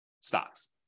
stocks